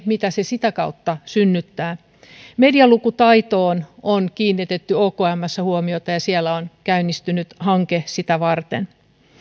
mitä ne sitä kautta synnyttävät medialukutaitoon on kiinnitetty okmssä huomiota ja siellä on käynnistynyt hanke sitä varten